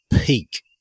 peak